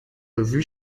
revu